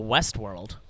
Westworld